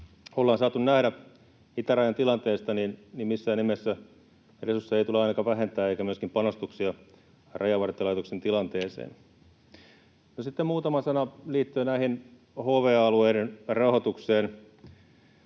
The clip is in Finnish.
ollaan saatu nähdä itärajan tilanteesta, missään nimessä edellytyksiä ei tule ainakaan vähentää eikä myöskään panostuksia Rajavartiolaitoksen tilanteeseen. Sitten muutama sana liittyen näiden HV-alueiden rahoitukseen